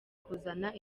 kuzana